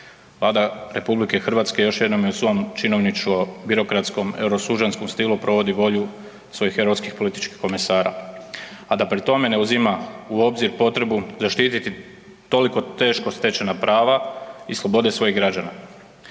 Vlada RH još jednom je u svom činovničko-birokratskom euro sužanjskom stilu provodi volju svojih europskih političkih komesara, a da pri tome ne uzima u obzir potrebu zaštititi toliko teško stečena prava i slobode svojih građana.